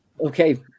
okay